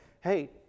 hey